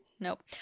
Nope